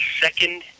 Second